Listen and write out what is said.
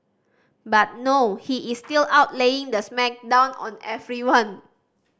but no he is still out laying the smack down on everyone